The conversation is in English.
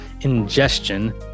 ingestion